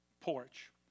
porch